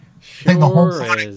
Sure